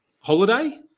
Holiday